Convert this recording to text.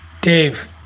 Dave